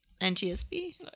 NTSB